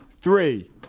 Three